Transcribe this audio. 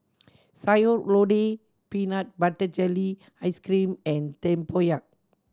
Sayur Lodeh peanut butter jelly ice cream and tempoyak